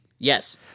Yes